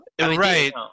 Right